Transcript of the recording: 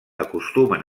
acostumen